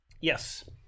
yes